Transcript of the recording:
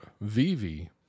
Vivi